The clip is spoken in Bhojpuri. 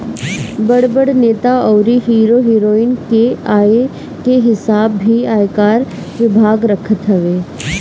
बड़ बड़ नेता अउरी हीरो हिरोइन के आय के हिसाब भी आयकर विभाग रखत हवे